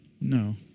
No